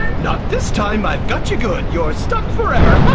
not this time, i've got you good. you're stuck forever!